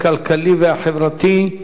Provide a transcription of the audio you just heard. הכלכלי והחברתי.